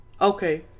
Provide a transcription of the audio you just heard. Okay